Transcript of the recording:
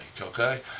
okay